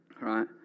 right